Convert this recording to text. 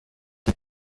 der